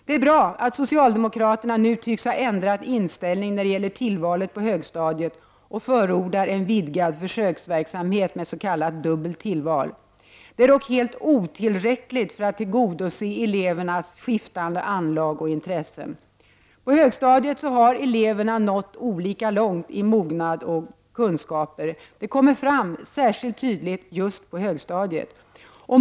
Det är bra att socialdemokraterna nu tycks ha ändrat inställning när det gäller tillvalet på högstadiet och förordar en vidgad försöksverksamhet med s.k. dubbelt tillval. Det är dock helt otillräckligt för att tillgodose elevernas skiftande anlag och intressen. På högstadiet har eleverna nått olika långt i mognad och kunskaper. Det kommer fram särskilt tydligt just på högstadiet.